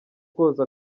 koza